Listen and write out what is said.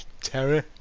terry